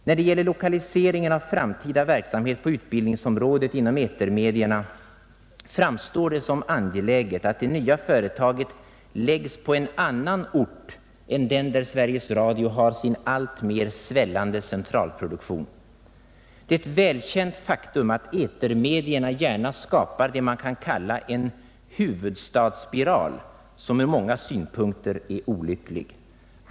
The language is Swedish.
När det gäller lokaliseringen av framtida verksamhet på utbildningsområdet inom etermedierna framstår det som angeläget, att det nya företaget läggs på en annan ort än den där Sveriges Radio har sin alltmer svällande centralproduktion. Det är ett välkänt faktum, att etermedierna gärna skapar det man kan kalla en huvudstadsspiral, som ur många synpunkter är olycklig.